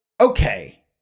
okay